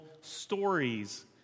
stories